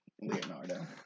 Leonardo